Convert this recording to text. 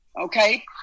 Okay